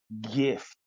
gift